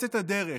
פורצת הדרך,